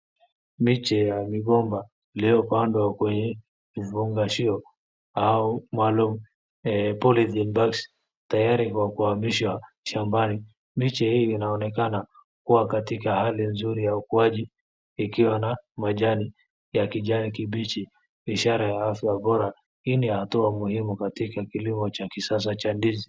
Miche ya migomba iliyopandwa kwenye vifungashio au maalum polythene bags tayari kwa kuhamishwa shambani. Miche hii inaonekana kuwa katika hali nzuri ya ukuaji ikiwa na majani ya kijani kibichi, ishara ya afya bora. Hii ni hatua muhimu katika kilimo cha kisasa cha ndizi.